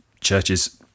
churches